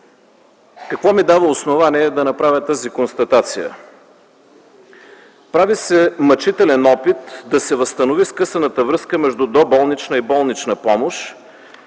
Какво ми дава основание да направя тази констатация? Прави се мъчителен опит да се възстанови скъсаната връзка между доболнична и болнична помощ,